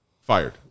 Fired